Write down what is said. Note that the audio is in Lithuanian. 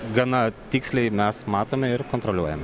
gana tiksliai mes matome ir kontroliuojame